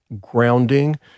grounding